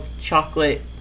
chocolate